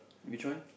which one